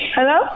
Hello